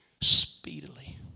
speedily